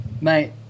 Mate